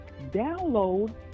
download